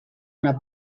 una